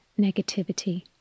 negativity